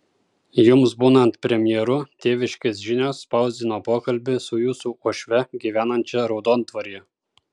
jums būnant premjeru tėviškės žinios spausdino pokalbį su jūsų uošve gyvenančia raudondvaryje